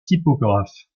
typographe